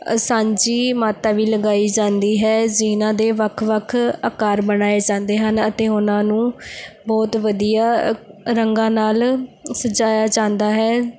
ਸਾਂਝੀ ਮਾਤਾ ਵੀ ਲਗਾਈ ਜਾਂਦੀ ਹੈ ਜਿਨ੍ਹਾਂ ਦੇ ਵੱਖ ਵੱਖ ਆਕਾਰ ਬਣਾਏ ਜਾਂਦੇ ਹਨ ਅਤੇ ਉਹਨਾਂ ਨੂੰ ਬਹੁਤ ਵਧੀਆ ਰੰਗਾਂ ਨਾਲ ਸਜਾਇਆ ਜਾਂਦਾ ਹੈ